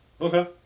Okay